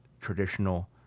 traditional